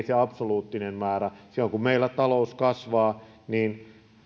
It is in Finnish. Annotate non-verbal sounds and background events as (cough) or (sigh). (unintelligible) se absoluuttinen määrä silloin kun meillä talous kasvaa niin